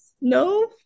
no